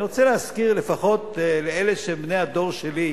אני רוצה להזכיר, לפחות לאלה שהם בני הדור שלי: